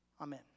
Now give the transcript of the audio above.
Amen